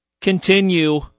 continue